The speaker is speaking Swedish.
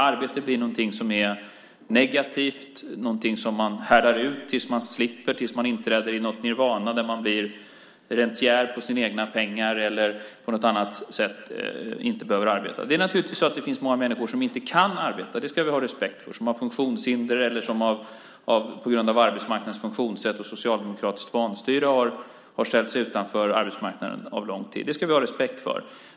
Arbete blir något som är negativt, något som man härdar ut tills man slipper, tills man inträder i något nirvana där man blir rentier på sina egna pengar eller på något annat sätt som gör att man inte behöver arbeta. Naturligtvis finns det många människor som inte kan arbete, som har funktionshinder eller som på grund av arbetsmarknadens funktionssätt och socialdemokratiskt vanstyre har ställts utanför arbetsmarknaden under lång tid. Det ska vi ha respekt för.